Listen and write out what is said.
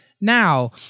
now